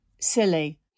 silly